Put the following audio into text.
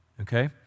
Okay